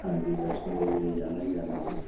हां जी बैश्णो देवी ते जाना ई जाना ऐ जी